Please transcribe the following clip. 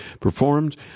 performed